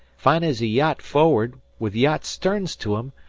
fine's a yacht forward, with yacht sterns to em,